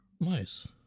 nice